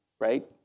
right